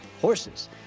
horses